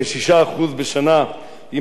אם השר מיקי איתן לא יפריע,